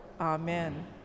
Amen